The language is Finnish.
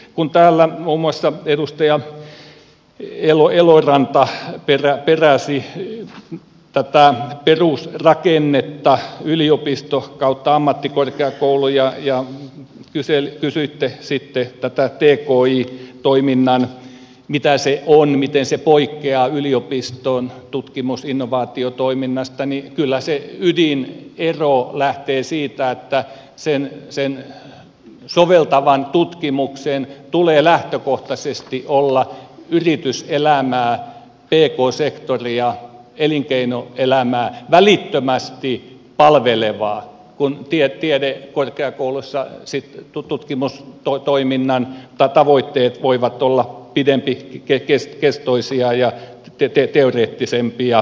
kun täällä muun muassa edustaja eloranta peräsi tätä perusrakennetta yliopistoammattikorkeakoulu ja kysyitte sitten tästä tki toiminnasta mitä se on miten se poikkeaa yliopiston tutkimusinnovaatiotoiminnasta niin kyllä se ydinero lähtee siitä että sen soveltavan tutkimuksen tulee lähtökohtaisesti olla yrityselämää pk sektoria elinkeinoelämää välittömästi palvelevaa kun tiedekorkeakouluissa sitten tutkimustoiminnan tavoitteet voivat olla pidempikestoisia ja teoreettisempia